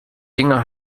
dinger